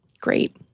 Great